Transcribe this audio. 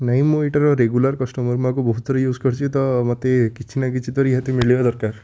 ନାଇଁ ମୁଁ ଏଇଟାର ରେଗୁଲାର କଷ୍ଟମର୍ ମୁଁ ୟାକୁ ବହୁତଥର ୟୁଜ୍ କରିଛି ତ ମୋତେ କିଛିନା କିଛି ତ ରିହାତି ମିଳିବା ଦରକାର